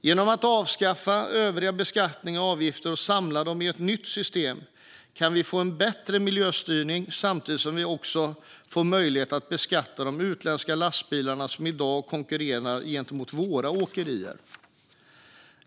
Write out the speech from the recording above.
Genom att avskaffa övriga beskattningar och avgifter och samla dem i ett nytt system kan vi få en bättre miljöstyrning samtidigt som vi också får möjlighet att beskatta de utländska lastbilar som i dag konkurrerar med våra åkerier.